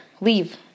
Leave